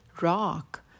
rock